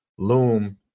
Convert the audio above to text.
loom